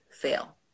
fail